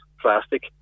plastic